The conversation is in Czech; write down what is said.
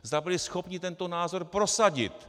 Zda byli schopni tento názor prosadit?